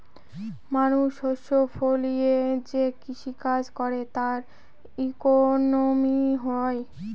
মানুষ শস্য ফলিয়ে যে কৃষি কাজ করে তার ইকোনমি হয়